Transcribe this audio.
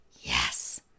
yes